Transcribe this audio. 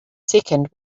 second